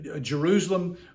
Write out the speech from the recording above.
Jerusalem